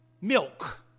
milk